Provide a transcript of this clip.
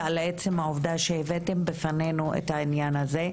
ועל עצם העובדה שהבאתם בפנינו את העניין הזה.